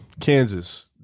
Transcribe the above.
Kansas